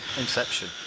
Inception